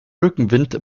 rückenwind